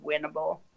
winnable